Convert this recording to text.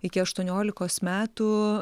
iki aštuoniolikos metų